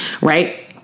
right